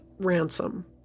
ransom